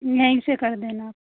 यहीं से कर देना